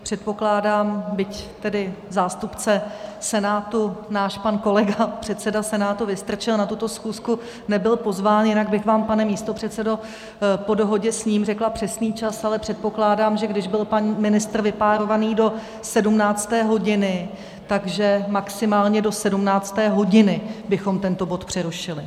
Předpokládám, byť tedy zástupce Senátu, náš pan kolega, předseda Senátu Vystrčil, na tuto schůzku nebyl pozván, jinak bych vám, pane místopředsedo, po dohodě s ním řekla přesný čas, ale předpokládám, že když byl pan ministr vypárovaný do 17. hodiny, tak že maximálně do 17. hodiny bychom tento bod přerušili.